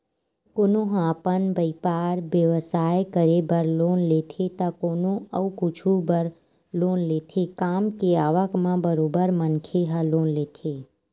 कोनो ह अपन बइपार बेवसाय करे बर लोन लेथे त कोनो अउ कुछु बर लोन लेथे काम के आवक म बरोबर मनखे ह लोन लेथे